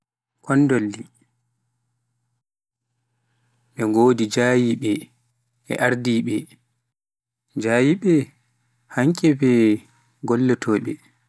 jiyaaɓe, ardiiɓe Kondolli, mɓe ngodi jiyaaɓe, ardiiɓe, jiyaaɓe hannɓe ke gollotooɓe